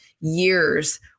years